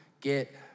get